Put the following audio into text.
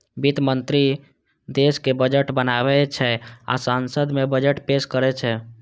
वित्त मंत्री देशक बजट बनाबै छै आ संसद मे बजट पेश करै छै